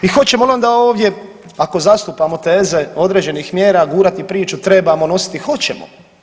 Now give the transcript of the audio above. I hoćemo li onda ovdje ako zastupamo teze određenih mjera gurati priču trebamo nositi hoćemo.